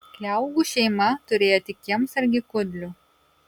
kliaugų šeima turėjo tik kiemsargį kudlių